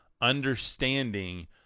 understanding